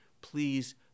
please